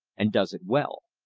and does it well.